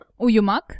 Uyumak